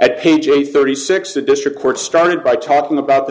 at page eight thirty six the district court started by talking about the